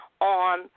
on